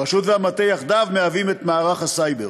הרשות והמטה יחדיו מהווים את מערך הסייבר.